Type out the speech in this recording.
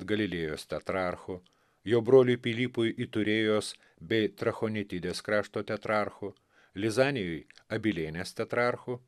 galilėjos tetrarchu jo broliui pilypui iturėjos bei trachonitidės krašto tetrarchu lizanijui abilienės tetrarchu